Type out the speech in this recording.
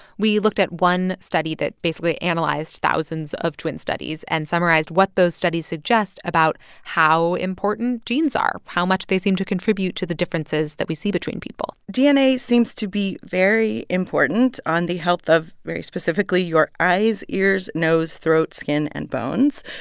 we looked at one study that basically analyzed thousands of twin studies and summarized what those studies suggest about how important genes are, how much they seem to contribute to the differences that we see between people dna seems to be very important on the health of, very specifically, your eyes, ears, nose, throat, skin and bones.